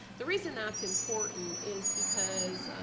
the reason that's important is because,